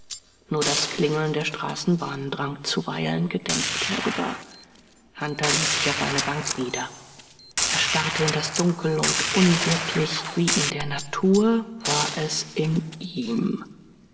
nur das klingeln der straßenbahnen drang zuweilen gedämpft herüber hunter ließ sich auf einer bank nieder er starrte in das dunkel und unwirtlich wie in der natur war es in ihm